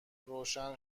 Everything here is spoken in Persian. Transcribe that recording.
روشن